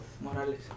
Morales